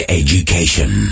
education